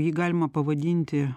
jį galima pavadinti